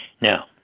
Now